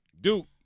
Duke